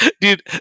Dude